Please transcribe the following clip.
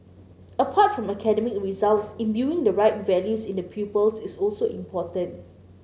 apart from academic results imbuing the right values in the pupils is also important